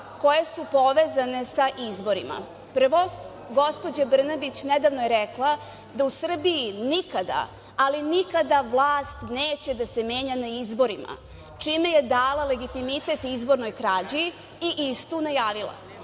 koje su povezane sa izborima. Prvo, gospođa Brnabić nedavno je rekla, da u Srbiji nikada, ali nikada vlast neće da se menja na izborima, čime je dala legitimitet izbornoj krađi i istu najavila. Drugo,